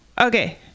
Okay